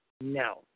No